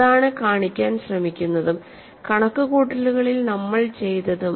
അതാണ് കാണിക്കാൻ ശ്രമിക്കുന്നതും കണക്കുകൂട്ടലുകളിൽ നമ്മൾ ചെയ്തതും